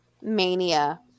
Mania